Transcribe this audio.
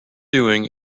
doing